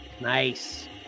Nice